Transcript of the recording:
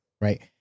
Right